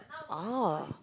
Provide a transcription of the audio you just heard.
oh